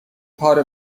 پاره